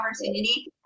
opportunity